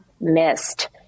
missed